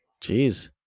Jeez